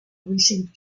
received